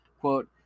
Quote